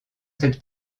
cette